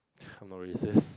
I'm not racist